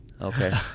okay